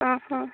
ଓହୋ